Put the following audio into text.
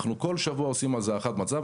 אנחנו כל שבוע עושים הערכת מצב,